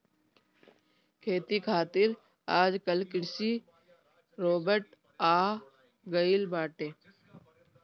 खेती खातिर आजकल कृषि रोबोट आ गइल बाटे